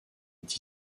est